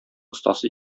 остасы